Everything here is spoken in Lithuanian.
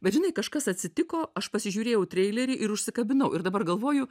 bet žinai kažkas atsitiko aš pasižiūrėjau treilerį ir užsikabinau ir dabar galvoju